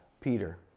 Peter